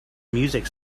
music